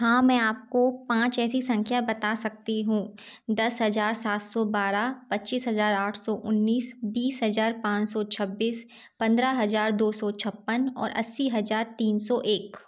हाँ मैं आप को पाँच ऐसी संख्या बता सकती हूँ दस हज़ार सात सौ बारह पचिस हज़ार आठ सौ उन्नीस बीस हज़ार पाँच सौ छब्बीस पंद्रह हज़ार दो सौ छप्पन और अस्सी हज़ार तीन सौ एक